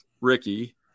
ricky